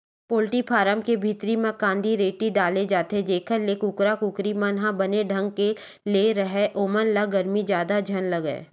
poultry farm के भीतरी म कांदी, रेती डाले जाथे जेखर ले कुकरा कुकरी मन ह बने ढंग ले राहय ओमन ल गरमी जादा झन लगय